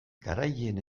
garaileen